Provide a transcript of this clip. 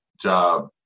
job